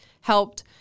helped